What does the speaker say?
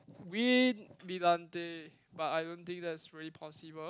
win but I don't think that's really possible